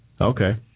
Okay